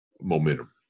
momentum